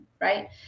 right